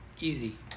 Easy